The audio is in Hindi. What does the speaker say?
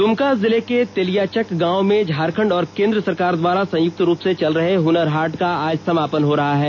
द्मका जिले के तेलियाचक गांव में झारखंड और केंद्र सरकार द्वारा संयुक्त रूप से चल रहे हुनर हाट का आज समापन हो रहा है